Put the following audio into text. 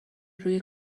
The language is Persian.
روی